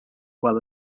well